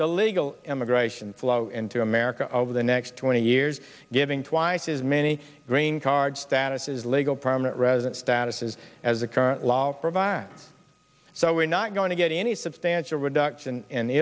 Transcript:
the legal immigration flow into america over the next twenty years giving twice as many green card status is legal permanent resident status is as the current law provides so we're not going to get any substantial reduction in the